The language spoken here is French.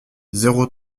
zéro